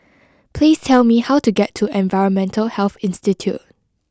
please tell me how to get to Environmental Health Institute